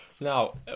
Now